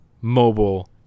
mobile